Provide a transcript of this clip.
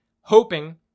hoping